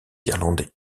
irlandais